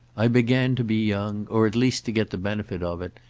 i began to be young, or at least to get the benefit of it,